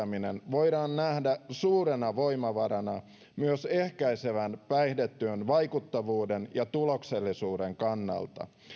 voidaan nähdä suurena voimavarana myös ehkäisevän päihdetyön vaikuttavuuden ja tuloksellisuuden kannalta